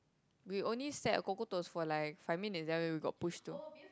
we only sat at Coco-Toast for like five minutes then we we got pushed to